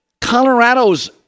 Colorado's